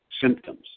symptoms